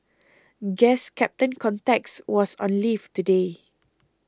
guess Captain Context was on leave today